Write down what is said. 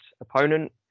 opponent